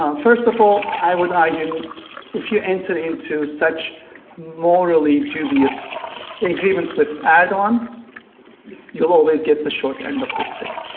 ah first of all, i would argue and if you enter into such morally dubious agreements with erdogan, you'll always get the short end of the stick,